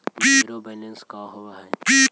Zero balance का होव हइ?